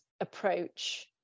approach